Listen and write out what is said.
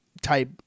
type